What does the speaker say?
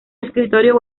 escritorio